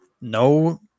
no